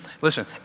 listen